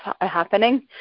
happening